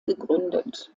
gegründet